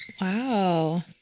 Wow